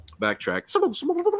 backtrack